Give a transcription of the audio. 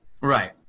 Right